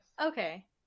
Okay